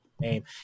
name